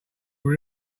were